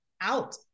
out